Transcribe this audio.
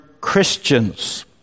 Christians